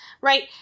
Right